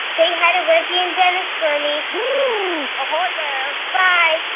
say hi to reggie and for me ahoy there bye